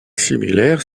similaires